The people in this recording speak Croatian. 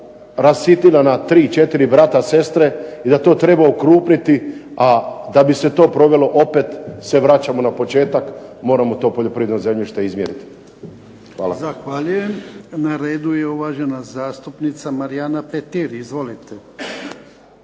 rasitnila na tri, četiri brata, sestre, i da to treba okrupniti, a da bi se to provelo opet se vraćamo na početak moramo to poljoprivredno zemljište izmjeriti. Hvala.